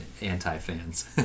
anti-fans